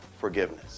forgiveness